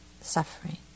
suffering